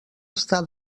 està